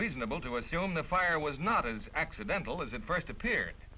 reasonable to assume the fire was not as accidental as it first appeared